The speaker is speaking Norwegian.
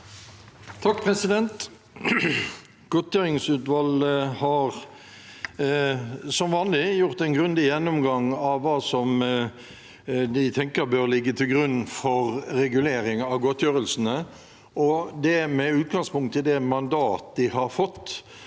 Godtgjøringsutvalget har som vanlig gjort en grundig gjennomgang av hva de tenker bør ligge til grunn for reguleringen av godtgjørelsene, med utgangspunkt i det mandatet de har fått,